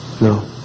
no